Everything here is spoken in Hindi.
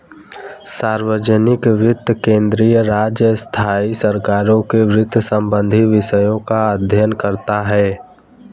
सार्वजनिक वित्त केंद्रीय, राज्य, स्थाई सरकारों के वित्त संबंधी विषयों का अध्ययन करता हैं